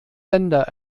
länder